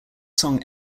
song